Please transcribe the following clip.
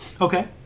okay